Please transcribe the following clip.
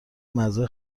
مزه